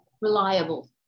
reliable